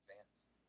advanced